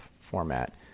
format